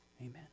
Amen